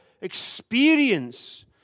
experience